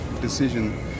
decision